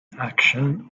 action